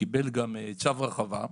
שקיבל גם צו הרחבה.